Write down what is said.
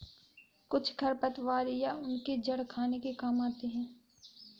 कुछ खरपतवार या उनके जड़ खाने के काम आते हैं